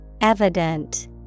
Evident